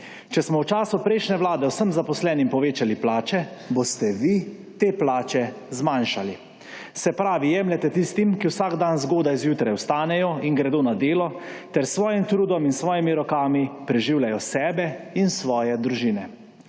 Če smo v času prejšnje Vlade vsem zaposlenim povečali plače, boste vi te plače zmanjšali. Se pravi, jemljete tistim, ki vsak dan zgodaj zjutraj vstanejo in gredo na delo ter s svojim trudom in svojimi rokami preživljajo sebe in svoje družine.